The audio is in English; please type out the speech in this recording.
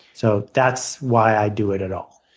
so that's why i do it at all.